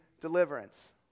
deliverance